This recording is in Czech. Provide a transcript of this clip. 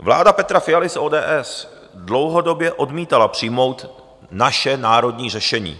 Vláda Petra Fialy z ODS dlouhodobě odmítala přijmout naše národní řešení.